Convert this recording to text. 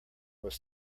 was